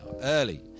early